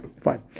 fine